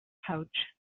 pouch